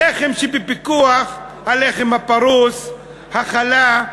הלחם שבפיקוח: הלחם הפרוס, החלה,